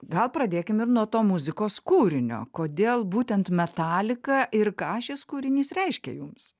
gal pradėkim ir nuo to muzikos kūrinio kodėl būtent metalika ir ką šis kūrinys reiškia jums